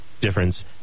difference